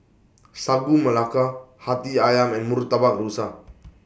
Sagu Melaka Hati Ayam and Murtabak Rusa